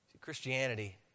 Christianity